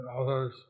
others